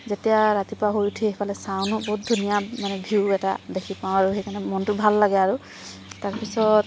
যেতিয়া ৰাতিপুৱা শুই উঠি সেইফালে চাওঁ ন বহুত ধুনীয়া মানে ভিউ এটা দেখি পাওঁ আৰু সেইকাৰণে মনটো ভাল লাগে আৰু তাৰপিছত